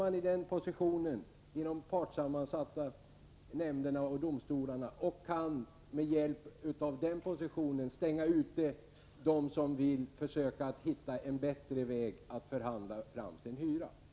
Man sitter vidare i de partssammansatta nämnderna och domstolarna i den positionen att man kan utestänga dem som vill försöka hitta en bättre väg att förhandla fram sin hyra.